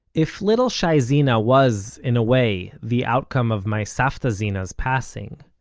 if little shai zena was, in a way, the outcome of my savta zena's passing,